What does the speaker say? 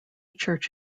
church